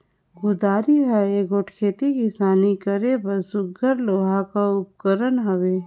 कुदारी हर एगोट खेती किसानी करे बर सुग्घर लोहा कर उपकरन हवे